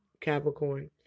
Capricorn